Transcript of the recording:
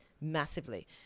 massively